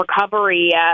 recovery